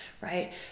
right